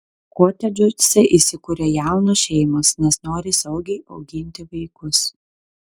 kotedžuose įsikuria jaunos šeimos nes nori saugiai auginti vaikus